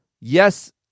Yes